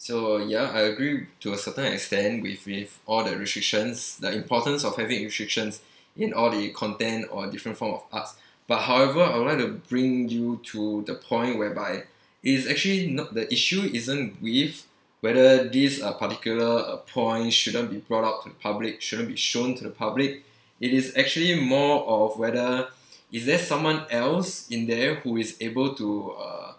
so ya I agree to a certain extent with with all that restrictions the importance of having restriction in all the content or different form of arts but however I would like to bring you to the point whereby it's actually not the issue isn't with whether this uh particular uh point shouldn't be brought up public shouldn't be shown to the public it is actually more of whether is there someone else in there who is able to uh